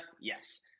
Yes